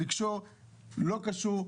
לא קשור,